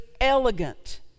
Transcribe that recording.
elegant